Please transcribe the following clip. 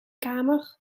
kamer